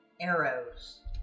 arrows